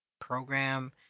program